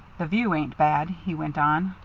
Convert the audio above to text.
the view ain't bad, he went on,